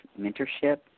mentorship